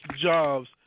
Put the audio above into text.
jobs